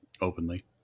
openly